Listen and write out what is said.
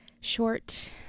short